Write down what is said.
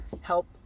help